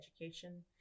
education